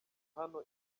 hano